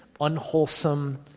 unwholesome